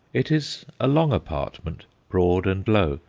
it is a long apartment, broad and low,